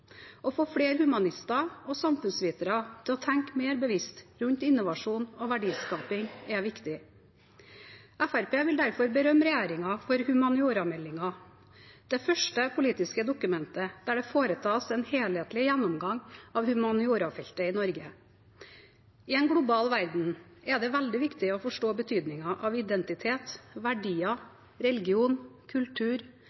Å få flere humanister og samfunnsvitere til å tenke mer bevisst rundt innovasjon og verdiskaping er viktig. Fremskrittspartiet vil derfor berømme regjeringen for humaniorameldingen, det første politiske dokumentet der det foretas en helhetlig gjennomgang av humaniorafeltet i Norge. I en global verden er det veldig viktig å forstå betydningen av identitet,